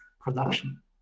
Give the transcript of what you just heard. production